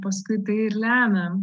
paskui tai ir lemia